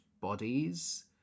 bodies